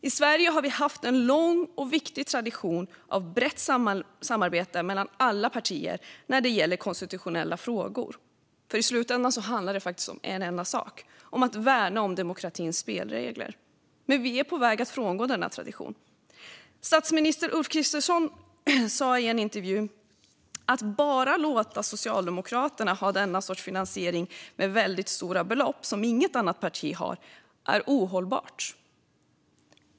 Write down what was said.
I Sverige har vi haft en lång och viktig tradition av brett samarbete mellan alla partier när det gäller konstitutionella frågor, för i slutändan handlar det faktiskt om en enda sak: att värna demokratins spelregler. Men vi är på väg att frångå denna tradition. Statsminister Ulf Kristersson sa i en intervju: Att bara låta Socialdemokraterna ha denna sorts finansiering, med väldigt stora belopp som inget annat parti har, är ohållbart.